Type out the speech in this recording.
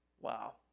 Wow